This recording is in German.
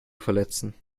verletzen